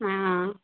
हँ